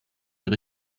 mehr